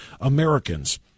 Americans